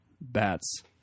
bats